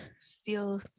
feel